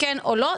כן או לא,